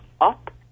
up